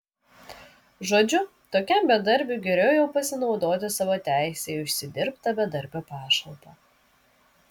žodžiu tokiam bedarbiui geriau jau pasinaudoti savo teise į užsidirbtą bedarbio pašalpą